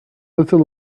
little